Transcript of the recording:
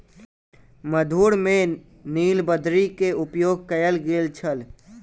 मधुर में नीलबदरी के उपयोग कयल गेल छल